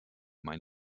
mein